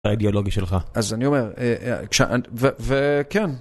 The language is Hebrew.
האידיאולוגי שלך אז אני אומר אה..אה..וכש..וכן